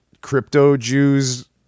crypto-Jews